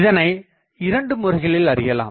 இதனை இரண்டுமுறைகளில் அறியலாம்